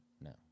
No